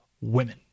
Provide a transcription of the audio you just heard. women